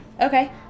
Okay